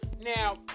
Now